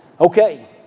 Okay